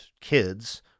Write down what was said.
kids